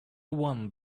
one